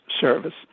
service